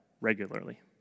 regularly